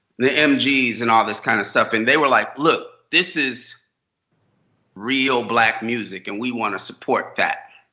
the mgs. and all this kind of stuff. and they were like look, this is real black music. and we want to support that.